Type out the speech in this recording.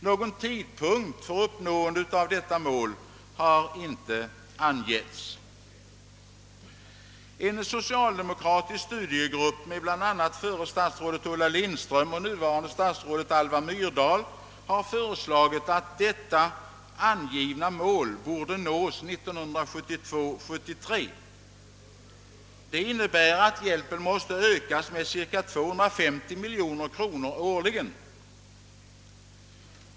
Någon tidpunkt då detta mål bör vara uppnått har man dock inte angivit. En = socialdemokratisk studiegrupp med bl.a. förra statsrådet Ulla Lindström och nuvarande statsrådet Alva Myrdal har föreslagit att detta angivna mål borde nås 1972/73. Detta innebär att hjälpen måste öka med cirka 250 miljo ner kronor årligen.